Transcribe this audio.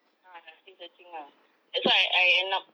ah ya still searching lah that's why I I end up